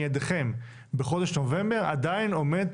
ידיעתי המכתב שאנחנו העברנו בתחילת נובמבר לא קיבל מענה,